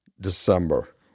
December